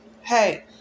hey